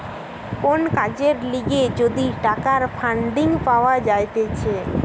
কোন কাজের লিগে যদি টাকার ফান্ডিং পাওয়া যাইতেছে